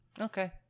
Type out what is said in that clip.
Okay